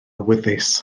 awyddus